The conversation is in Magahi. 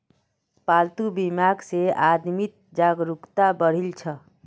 पालतू बीमाक ले आदमीत जागरूकता बढ़ील छ